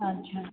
अच्छा